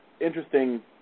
interesting